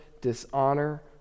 dishonor